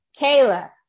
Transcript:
Kayla